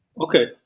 Okay